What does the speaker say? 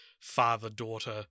father-daughter